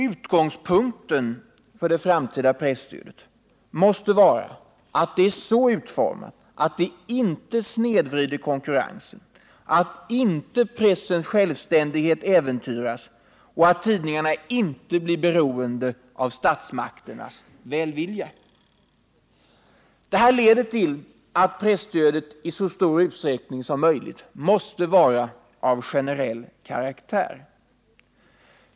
Utgångspunkten för det framtida presstödet måste vara att det är så utformat att det inte snedvrider konkurrensen, att inte pressens självständighet äventyras och att tidningarna inte blir beroende av statsmakternas välvilja. Detta leder till att presstödet i så stor utsträckning som möjligt måste vara av generell natur.